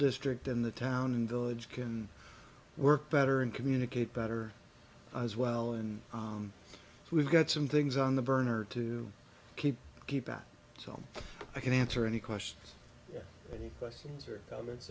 district in the town and village can work better and communicate better as well and we've got some things on the burner to keep keep out so i can answer any questions any ques